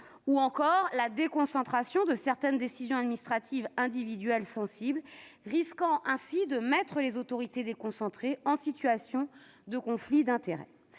nos concitoyens, la déconcentration de certaines décisions administratives individuelles sensibles, qui risque de placer les autorités déconcentrées en situation de conflit d'intérêts,